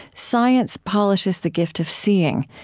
science polishes the gift of seeing,